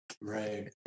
right